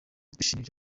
twishimira